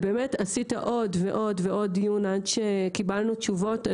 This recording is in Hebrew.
עשית עוד ועוד דיון עד שקיבלנו תשובות.